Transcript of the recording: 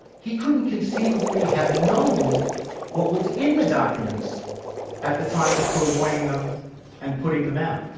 he couldn't conceivably have known what was in the documents at the time of purloining them and putting them out.